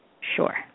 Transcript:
Sure